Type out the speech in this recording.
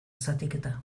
zatiketa